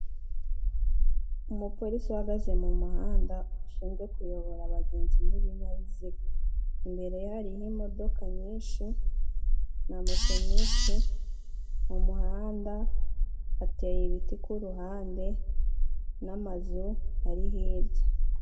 Umupolisi uhagaze mu muhanda ushinzwe kuyobora abagenzi n'ibinyabiziga, imbere hariho imodoka nyinshi na motenisi. Mu muhanda hateye ibiti ku ruhande n'amazu ari hirya.